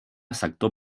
sector